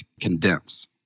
condense